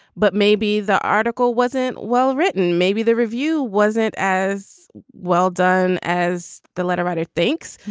but maybe the article wasn't well written. maybe the review wasn't as well done as the letter writer thinks.